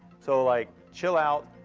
so like, chill out,